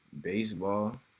baseball